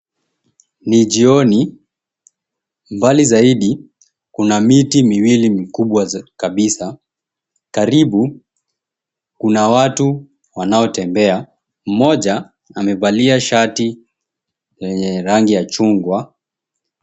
Ni jioni. Mbali zaidi, kuna miti miwili mikubwa kabisa. Karibu, kuna watu wanaotembea. Mmoja amevalia shati lenye rangi ya chungwa.